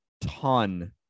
ton